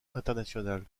international